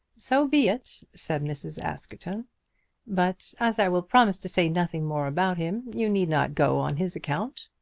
so be it, said mrs. askerton but as i will promise to say nothing more about him, you need not go on his account.